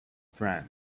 friend